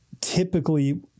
typically